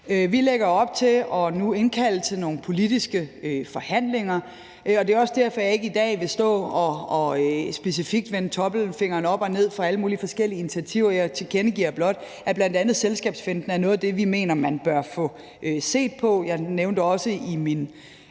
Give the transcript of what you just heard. Vi lægger op til og indkalder nu til nogle politiske forhandlinger, og det er også derfor, at jeg i dag ikke vil stå og specifikt vende tommelfingeren op eller ned til alle mulige forskellige initiativer. Jeg tilkendegiver blot, at bl.a. selskabsfinten er noget af det, vi mener man bør få set på. Jeg nævnte det også i